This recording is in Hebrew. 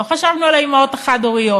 לא חשבנו על האימהות החד-הוריות.